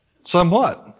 Somewhat